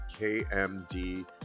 KMD